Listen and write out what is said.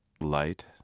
light